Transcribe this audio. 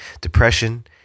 depression